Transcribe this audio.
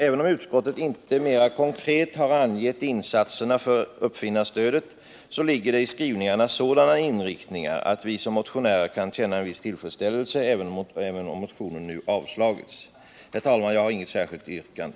Även om utskottet inte mera konkret har angett insatserna för uppfinnarstödet, så ligger det i skrivningarna sådana inriktningar att vi som motionärer kan känna en viss tillfredsställelse trots att motionen nu avstyrkts. Jag har, herr talman, inget särskilt yrkande.